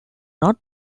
not